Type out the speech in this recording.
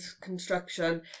construction